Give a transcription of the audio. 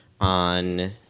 on